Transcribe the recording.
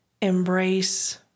embrace